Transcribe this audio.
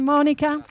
Monica